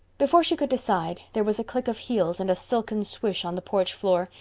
before she could decide there was a click of heels and a silken swish on the porch floor,